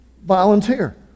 volunteer